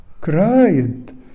cried